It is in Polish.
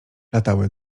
latały